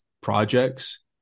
projects